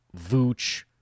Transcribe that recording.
Vooch